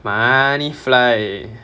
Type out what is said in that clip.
money fly